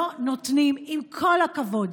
עם כל הכבוד,